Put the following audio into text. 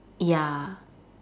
ya